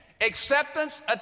acceptance